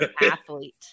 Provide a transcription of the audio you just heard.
athlete